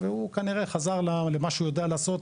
והוא כנראה חזר למה שהוא יודע לעשות.